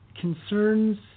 concerns